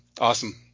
Awesome